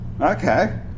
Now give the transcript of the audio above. Okay